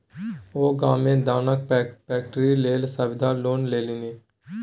ओ गाममे मे दानाक फैक्ट्री लेल सावधि लोन लेलनि